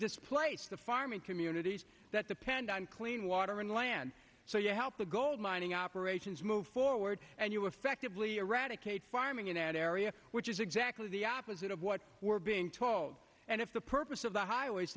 displace the farming communities that depend on clean water and land so you help the gold mining operations move forward and you effectively eradicate farming in an area which is exactly the opposite of what we're being told and if the purpose of the highways